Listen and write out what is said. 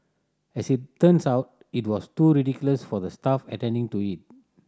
as it turns out it wasn't too ridiculous for the staff attending to it